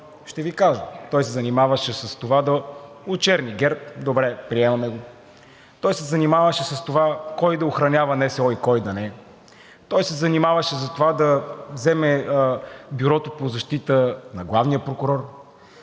Ще Ви кажа. Той се занимаваше с това да очерни ГЕРБ – добре, приемаме го. Той се занимаваше с това кого да охранява НСО и кого не. Той се занимаваше с това да вземе Бюрото по защита на главния прокурор.